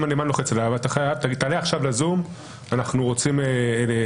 אם הנאמן לוחץ עליו לעלות לזום --- יש כאן